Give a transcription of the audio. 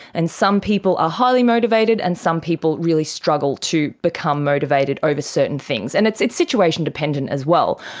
and some people are highly motivated and some people really struggle to become motivated over certain things. and it's it's situation-dependent as well.